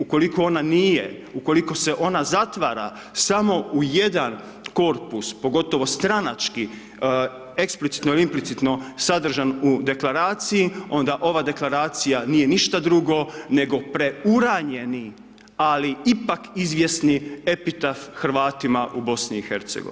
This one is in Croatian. Ukoliko ona nije, ukoliko se ona zatvara samo u jedan korpus pogotovo stranački, eksplicitno ili implicitno sadržan u Deklaraciji onda ova Deklaracija nije ništa druge nego preuranjeni ali ipak izvjesni epitaf Hrvatima u BIH.